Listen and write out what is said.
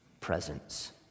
presence